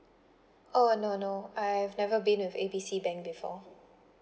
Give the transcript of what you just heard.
oh no no I have never been with A B C bank before